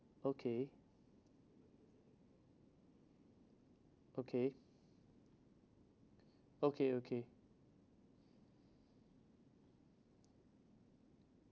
okay okay okay okay